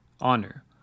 honor